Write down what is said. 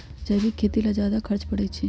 जैविक खेती ला ज्यादा खर्च पड़छई?